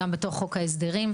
גם בתוך חוק ההסדרים.